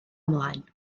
ymlaen